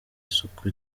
isuku